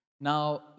Now